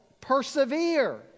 persevere